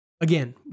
again